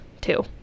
two